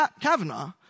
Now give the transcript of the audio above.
Kavanaugh